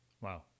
Wow